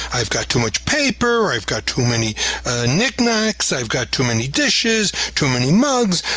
i've got too much paper i've got too many knick-knacks i've got too many dishes, too many mugs.